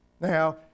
Now